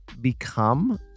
Become